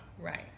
Right